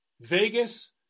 Vegas